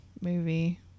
movie